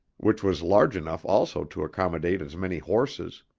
which was large enough also to accommodate as, many horses.